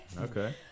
okay